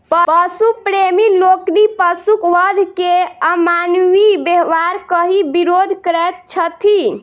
पशु प्रेमी लोकनि पशुक वध के अमानवीय व्यवहार कहि विरोध करैत छथि